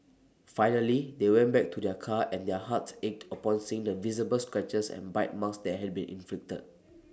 finally they went back to their car and their hearts ached upon seeing the visible scratches and bite marks that had been inflicted